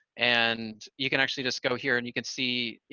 and you can actually just go here and you can see, you